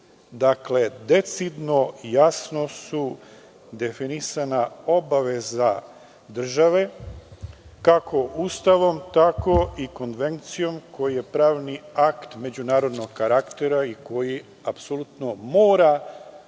deteta. Dakle, decidno i jasno su definisana obaveza države, kako Ustavom tako i konvencijom koji je pravni akt međunarodnog karaktera i koji mora